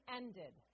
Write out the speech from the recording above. ended